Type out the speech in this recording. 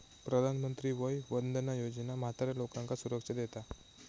प्रधानमंत्री वय वंदना योजना म्हाताऱ्या लोकांका सुरक्षा देता